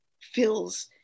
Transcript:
feels